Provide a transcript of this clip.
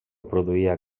produïa